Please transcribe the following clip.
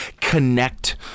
Connect